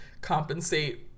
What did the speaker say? compensate